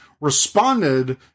responded